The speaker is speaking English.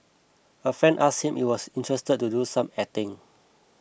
a friend asked him if he was interested to do some acting